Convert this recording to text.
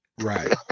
right